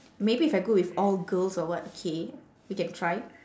maybe if I go with all girls or what okay we can try